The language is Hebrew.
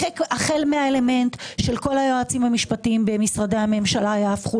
החל מהאלמנט של כל היועצים המשפטיים במשרדי הממשלה יהפכו